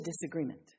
disagreement